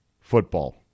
football